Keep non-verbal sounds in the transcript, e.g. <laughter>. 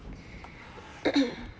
<coughs>